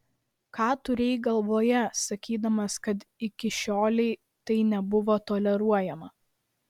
ką turėjai galvoje sakydamas kad ikšiolei tai nebuvo toleruojama